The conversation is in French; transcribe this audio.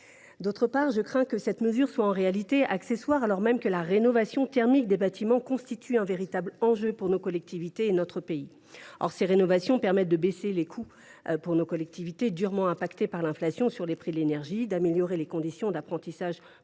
D’autre part, je crains que cette mesure ne soit en réalité accessoire, alors même que la rénovation thermique des bâtiments constitue un véritable enjeu pour nos collectivités et notre pays. Or ces rénovations permettent de diminuer les dépenses en énergie pour nos collectivités durement touchées par l’inflation, d’améliorer les conditions d’apprentissage pour nos